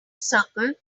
circle